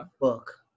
book